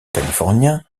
californien